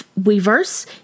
Weverse